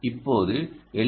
இப்போது எல்